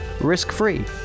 risk-free